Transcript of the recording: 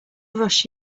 rush